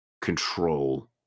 control